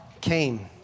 came